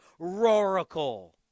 Roracle